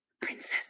Princess